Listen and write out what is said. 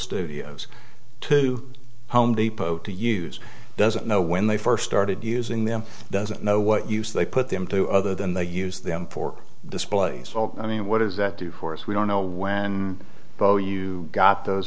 studios to home depot to use doesn't know when they first started using them doesn't know what use they put them to other than they use them for displays i mean what does that do for us we don't know when bo you got those